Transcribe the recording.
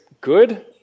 good